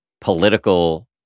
political